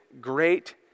great